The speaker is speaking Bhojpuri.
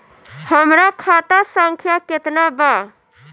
हमरा खाता संख्या केतना बा?